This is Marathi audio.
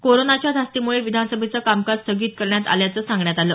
करोनाच्या धास्तीमुळे विधानसभेचे कामकाज स्थगित करण्यात आल्याचे सांगण्यात आले